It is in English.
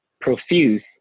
Profuse